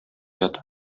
ята